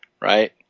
right